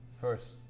First